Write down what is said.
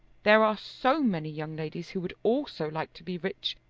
there are so many young ladies who would also like to be rich,